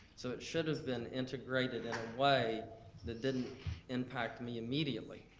so it should have been integrated in a way that didn't impact me immediately.